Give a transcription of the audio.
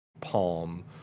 palm